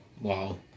wow